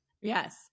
Yes